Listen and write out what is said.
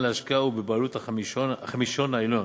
להשקעה הוא בבעלות החמישון העליון,